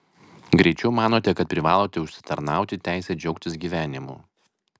greičiau manote kad privalote užsitarnauti teisę džiaugtis gyvenimu